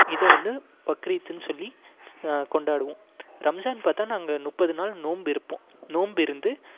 இதை வந்து பக்ரீத்துன்னு சொல்லி கொண்டாடுவோம் ரம்ஸான் பார்த்தா நாங்கள் முப்பது நாள் நோன்பு இருப்போம் நோன்பு இருந்து